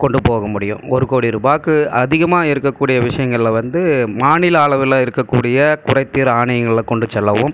கொண்டு போக முடியும் ஒரு கோடி ரூபாய்க்கு அதிகமாக இருக்கக்கூடிய விஷயங்கள்ல வந்து மாநில அளவில் இருக்கக்கூடிய குறைதீர் ஆணையங்களில் கொண்டு செல்லவும்